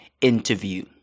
interview